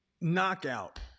knockout